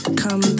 come